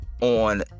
on